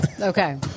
Okay